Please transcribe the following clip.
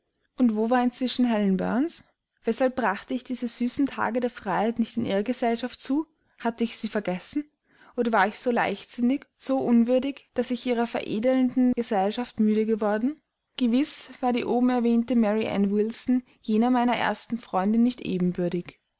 und wo war inzwischen helen burns weshalb brachte ich diese süßen tage der freiheit nicht in ihrer gesellschaft zu hatte ich sie vergessen oder war ich so leichtsinnig so unwürdig daß ich ihrer veredelnden gesellschaft müde geworden gewiß war die obenerwähnte mary ann wilson jener meiner ersten freundin nicht ebenbürtig